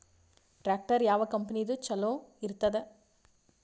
Tractor ಯಾವ ಕಂಪನಿದು ಚಲೋ ಇರತದ?